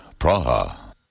Praha